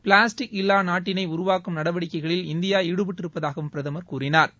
plastic இல்லா நாட்டினை உருவாக்கும் நடவடிக்கைகளில் இந்தியா ஈடுபட்டி ருப்பதாகவம் பிரதமாம் கூறினாா்